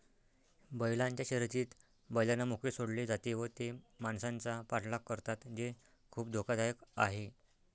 बैलांच्या शर्यतीत बैलांना मोकळे सोडले जाते व ते माणसांचा पाठलाग करतात जे खूप धोकादायक आहे